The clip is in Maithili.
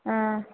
हम्म